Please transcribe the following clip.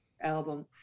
album